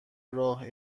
راه